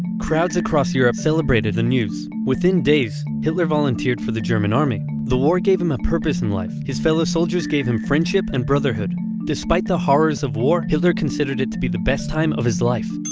crowds across europe celebrated the news. within days hitler volunteered for the german army the war gave him a purpose in life his fellow soldiers gave him friendship and brotherhood despite the horrors of war hitler considered it to be the best time of his life.